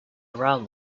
around